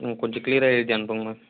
ம் கொஞ்சம் க்ளீயராக எழுதி அனுப்புங்கள் மேம்